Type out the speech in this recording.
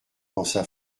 pensa